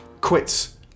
Quits